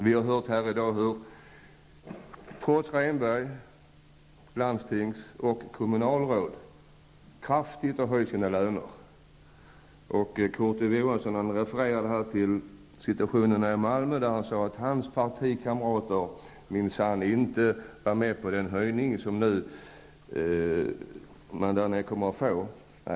Vi har här i dag hört hur landstingsråd och kommunalråd, trots Rehnbergsavtalet, kraftigt har höjt sina löner. Kurt Ove Johansson refererade till situationen i Malmö och sade att hans partikamrater minsann inte var med på den höjning som man nu kommer att få där nere.